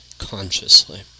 consciously